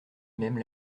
même